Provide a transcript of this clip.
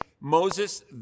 Moses